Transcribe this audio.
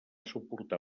suportar